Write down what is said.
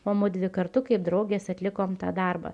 o mudvi kartu kaip draugės atlikom tą darbą